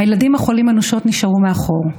הילדים החולים אנושות נשארו מאחור.